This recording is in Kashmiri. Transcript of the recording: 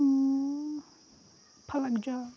فَلَک جان